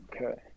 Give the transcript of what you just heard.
Okay